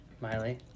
Miley